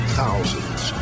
thousands